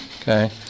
Okay